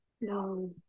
No